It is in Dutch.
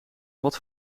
wat